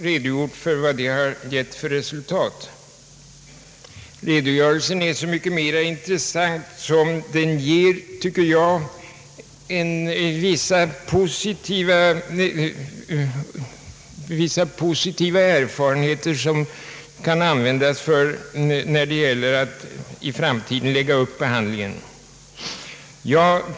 Redogörelsen är så mycket mer intressant som den enligt min mening ger vissa positiva erfarenheter som kan användas när man i framtiden skall lägga upp behandlingen.